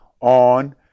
on